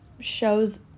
shows